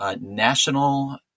National